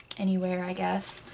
anywhere i guess.